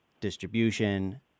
distribution